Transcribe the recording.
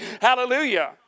Hallelujah